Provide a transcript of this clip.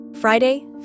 Friday